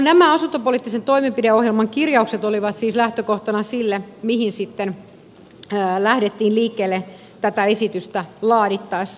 nämä asuntopoliittisen toimenpideohjelman kirjaukset olivat siis lähtökohtana sille mihin sitten lähdettiin liikkeelle tätä esitystä laadittaessa